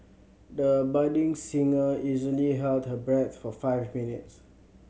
the budding singer easily held her breath for five minutes